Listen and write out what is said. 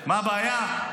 מה הבעיה?